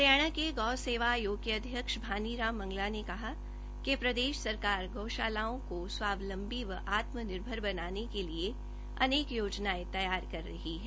हरियाणा गौ सेवा आयोग के अध्यक्ष भानी राम मंगला ने कहा कि प्रदेश सरकार गौशालाओं को स्वावलंबी व आत्मनिर्भर बनाने के लिए अनेक योजनाएं तैयार कर रही है